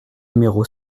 numéro